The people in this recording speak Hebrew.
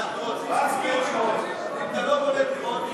אם אתה לא בונה דירות,